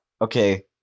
okay